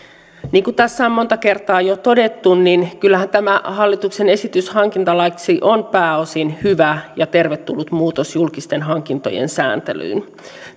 niin kuin tässä on monta kertaa jo todettu kyllähän tämä hallituksen esitys hankintalaiksi on pääosin hyvä ja tervetullut muutos julkisten hankintojen sääntelyyn